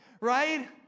Right